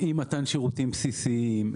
אי-מתן שירותים בסיסיים,